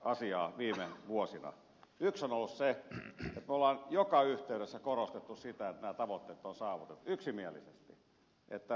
yksi on ollut se että me olemme joka yhteydessä korostaneet sitä että nämä tavoitteet on saavutettava yksimielisesti